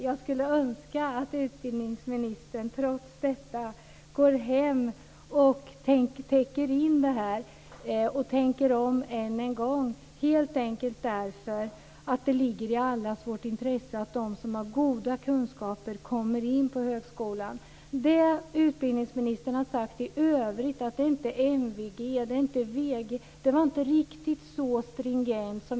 Jag skulle önska att utbildningsministern trots detta gick hem, täckte in detta och tänkte om än en gång, helt enkelt därför att det ligger i allas vårt intresse att de som har goda kunskaper kommer in på högskolan. Utbildningsministern talade i övrigt om MVG och VG. Jag menade inte att det skulle vara riktigt så stringent.